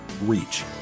reach